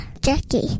Jackie